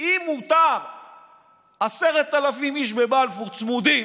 אם מותר 10,000 איש בבלפור צמודים,